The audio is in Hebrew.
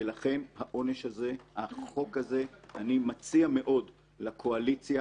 ולכן החוק הזה אני מציע מאוד לקואליציה